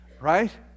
right